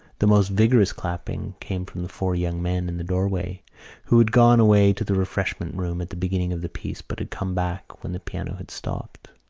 the most vigorous clapping came from the four young men in the doorway who had gone away to the refreshment-room at the beginning of the piece but had come back when the piano had stopped.